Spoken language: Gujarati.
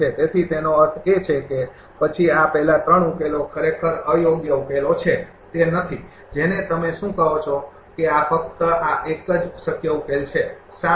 તેથી તેનો અર્થ એ કે પછી આ પહેલા ૩ ઉકેલો ખરેખર અયોગ્ય ઉકેલો છે તે નથી જેને તમે શું કહો છો કે આ ફક્ત આ જ એક શક્ય ઉકેલ છે શા માટે